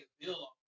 bill